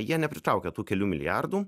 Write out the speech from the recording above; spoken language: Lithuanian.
jie nepritraukė tų kelių milijardų